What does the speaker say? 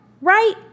right